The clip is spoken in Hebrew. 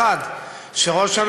לא יעלה אף אחד פעם נוספת.